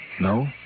No